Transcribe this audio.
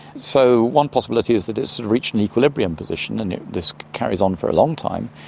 so one possibility is that it's reached an equilibrium position and this carries on for a long time,